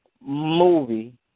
movie